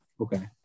Okay